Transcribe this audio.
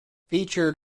featured